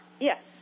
Yes